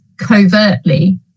covertly